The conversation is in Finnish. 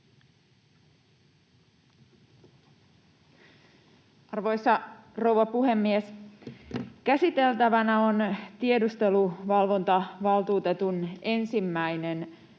Arvoisa rouva puhemies! Käsiteltävänä on tiedusteluvalvontavaltuutetun ensimmäinen